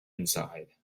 inside